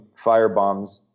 firebombs